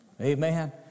Amen